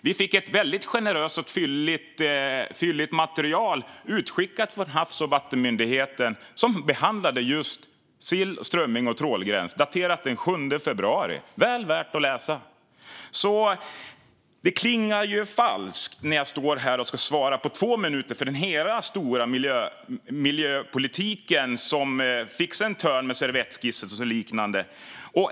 Vi fick ett väldigt generöst och fylligt material utskickat från Havs och vattenmyndigheten som behandlade just sill, strömming och trålgräns, daterat den 7 februari - väl värt att läsa. Det klingar därför falskt när jag ska stå här och på två minuter svara för hela den stora miljöpolitiken, som fick sig en törn med servettskissen och liknande.